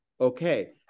okay